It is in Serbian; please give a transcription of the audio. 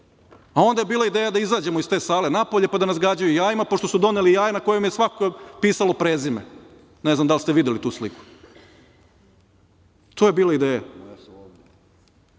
a onda je bila ideja da izađemo iz te sale napolje, pa da nas gađaju jajima, pošto su doneli jaja na kojem je svako pisalo prezime. Ne znam da li ste videli tu sliku. To je bila ideja.